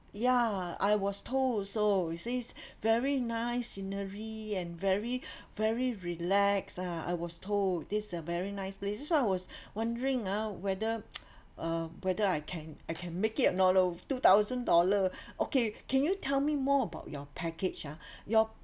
ya I was told so it seems very nice scenery and very very relaxed ah I was told this is a very nice place that's why I was wondering ah whether uh whether I can I can make it or not lor two thousand dollar okay can you tell me more about your package ah your